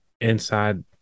inside